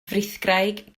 frithgraig